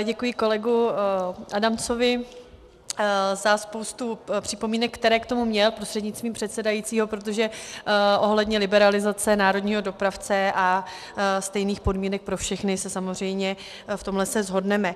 Děkuji kolegovi Adamcovi za spoustu připomínek, které k tomu měl, prostřednictvím předsedajícího, protože ohledně liberalizace národního dopravce a stejných podmínek pro všechny, samozřejmě v tomhle se shodneme.